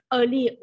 early